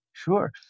Sure